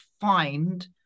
find